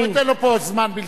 אני לא אתן לו פה זמן בלתי מוגבל.